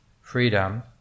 freedom